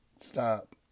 Stop